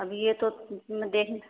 اب یہ تو دیکھ